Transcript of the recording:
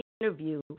interview